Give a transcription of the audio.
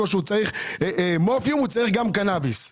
גם קנאביס.